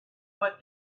what